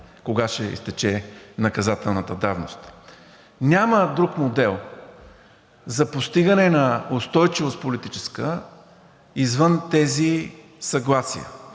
кога ще изтече наказателната давност. Няма друг модел за постигане на политическа устойчивост извън тези съгласия.